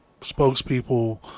spokespeople